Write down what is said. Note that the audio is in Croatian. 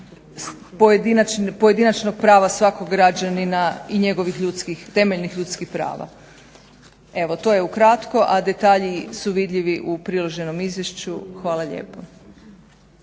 pojedinačnog prava svakog građanina i njegovih temeljnih ljudskih prava. Evo, to je ukratko, a detalji su vidljivi u priloženom izvješću. Hvala lijepo.